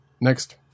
Next